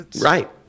Right